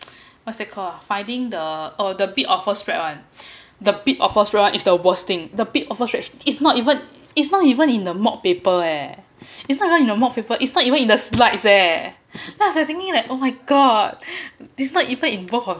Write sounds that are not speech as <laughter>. <noise> what's that called ah finding the the oh the bid offers spread one the bid offers [one] is the worst thing the bid offers spread it's not even it's not even in the mob paper eh it's not even in the mock paper it's not even in the slides eh yeah I was thinking like oh my god this is not even in both